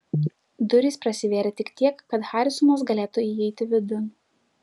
durys prasivėrė tik tiek kad harisonas galėtų įeiti vidun